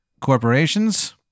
corporations